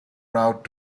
route